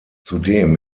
zudem